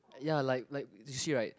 ya like like you see right